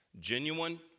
genuine